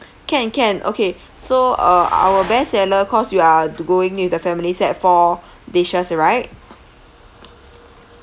can can okay so uh our best seller cause you are going with the family set four dishes right